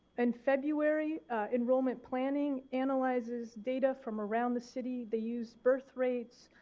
and february enrollment planning analyzes data from around the city. they use birth rates,